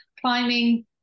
climbing